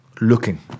Looking